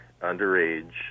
underage